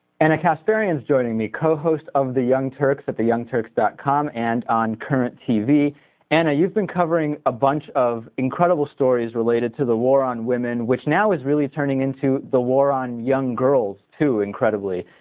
anik aspirants during the cohost of the young turks at the young turks dot com and on current t v and they've been covering a bunch of incredible stories related to the war on women which now is really turning into the war on young girls to incredibly